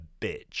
Bitch